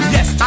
Yes